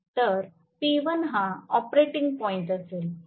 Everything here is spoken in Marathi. तर P1 हा ऑपरेटिंग पॉईंट असेल